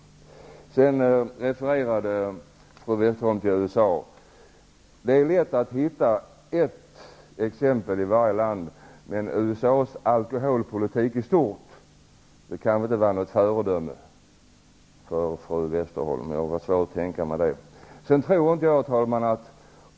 Fru Westerholm refererade till USA. Det är lätt att hitta ett exempel i varje land, men USA:s alkoholpolitik i stort kan väl inte vara något föredöme för fru Westerholm; det har jag svårt att tänka mig. Herr talman!